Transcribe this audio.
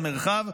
שליטה במרחב.